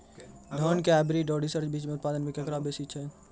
धान के हाईब्रीड और रिसर्च बीज मे उत्पादन केकरो बेसी छै?